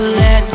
let